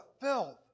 filth